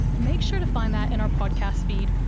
make sure to find that in our podcast feed,